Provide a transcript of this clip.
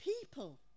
People